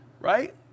right